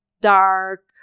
dark